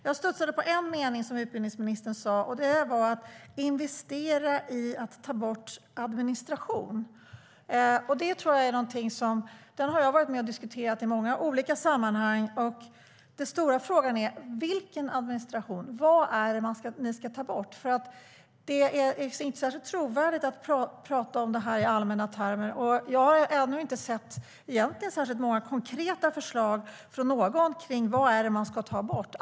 Jag studsade till inför en sak som utbildningsministern sade, nämligen att investera i att ta bort administration. Den frågan har jag diskuterat i många olika sammanhang. Vilken administration? Vad är det ni ska ta bort? Det är inte särskilt trovärdigt att prata om de frågorna i allmänna termer. Jag har ännu inte sett några konkreta förslag om vad som ska tas bort.